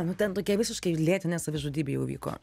nu ten tokia visiškai lėtinė savižudybė jau vyko